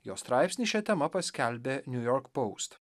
jo straipsnį šia tema paskelbė niujork poust